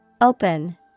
Open